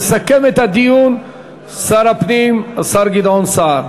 יסכם את הדיון שר הפנים, השר גדעון סער.